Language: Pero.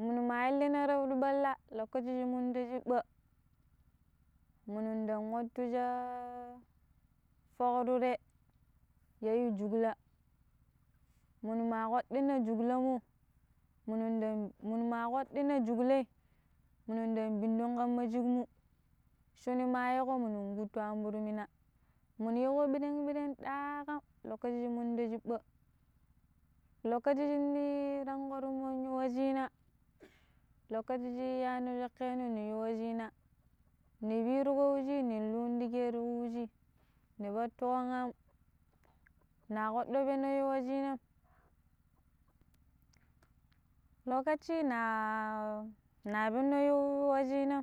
munu ma illina ti fuɗi ɓalla lokaci shin min ta chiɓɓa min munun ɗang wattu sha foƙ ture ya yu jugla munu ma paɗɗina juglai mun munu dan muna ma paɗɗina juglai minin ɗang binɗum kan ma shikmu shuni ma yiƙo munu ƙuutun an ɓira mina munu ye ɓirang-ɓirang ɗaƙam lokaci shiminu ta chiɓɓa lokaci shuminu tan ko tummon yu we cin lokaci shi iyano shokkeno na yii wu cina, ni piriƙo wuji nin lun ɗike ti wuji ni pattuƙon am na kpaɗɗo peno yu wa cinam lokaci na na peno yu wucina